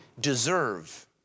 deserve